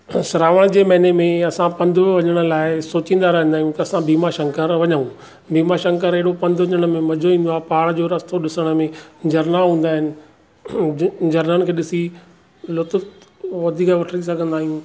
श्रावण जे महीने में असां पंद्रू वञण लाइ सोचींदा रहंदा आहियूं की असां बीमा शंकर वञूं बीमा शंकर अहिड़ो मज़ो ईंदो आहे पहाड़ जो रस्तो ॾिसण में झरिना हूंदा आहिनि झरननि खे ॾिसी लुत्फ़ वधीक वठी सघंदा आहियूं